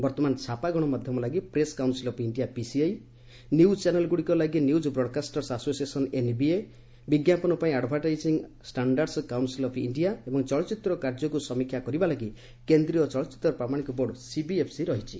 ବର୍ତ୍ତମାନ ଛାପା ଗଣମାଧ୍ୟମ ଲାଗି press council of India PCI news ଚ୍ୟାନେଲ୍ଗୁଡ଼ିକ ଲାଗି ନ୍ୟୁଜ୍ ବ୍ରଡ୍କାଷ୍ଟର୍ସ ଆସୋସିଏସନ୍ ଏନ୍ବିଏ ବିଙ୍କାପନ ପାଇଁ advertising standards council of India ଏବଂ ଚଳଚ୍ଚିତ୍ର କାର୍ଯ୍ୟକୁ ସମୀକ୍ଷା କରିବାଲାଗି କେନ୍ଦ୍ରୀୟ ଚଳଚ୍ଚିତ୍ର ପ୍ରାମାଣକ ବୋର୍ଡ ସିବିଏଫ୍ସି ରହିଛି